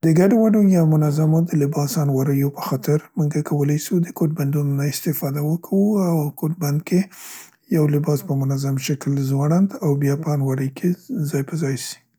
د ګډوډو یا منظمو د لباس انواریو په خاطر مونګه کولای سو د کوټبندونو نه استفاده وکوو او کوټبند کې یو لباس په منظم شکل ځوړند او بیا په المارۍ کې ځای په ځای سي.